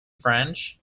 french